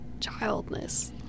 childness